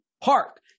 park